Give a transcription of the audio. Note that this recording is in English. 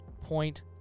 point